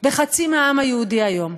בחצי מהעם היהודי היום?